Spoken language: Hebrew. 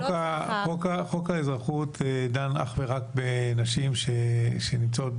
חוק האזרחות דן אך ורק בנשים שנמצאות,